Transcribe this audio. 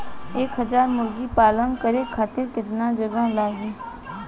एक हज़ार मुर्गी पालन करे खातिर केतना जगह लागी?